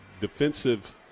defensive